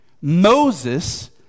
Moses